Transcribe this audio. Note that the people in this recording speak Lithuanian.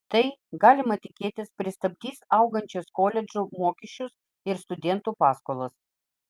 tai galima tikėtis pristabdys augančius koledžų mokesčius ir studentų paskolas